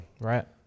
Right